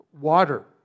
Water